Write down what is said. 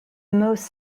most